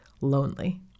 lonely